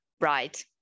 right